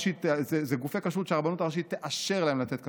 אלה גופי כשרות שהרבנות הראשית תאשר להם לתת כשרות,